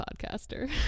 podcaster